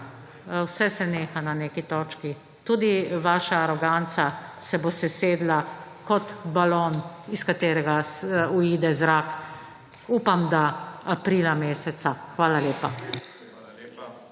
vse se neha na neki točki. Tudi vaša aroganca se bo sesedla kot balon, iz katerega uide zrak. Upam, da aprila meseca. Hvala lepa.